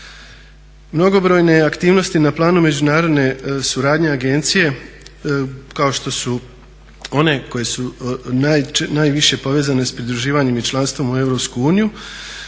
Mnogobrojne aktivnosti na planu međunarodne suradnje agencije kao što su one koje su najviše povezane s pridruživanjem i članstvom u EU